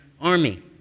army